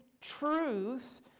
truth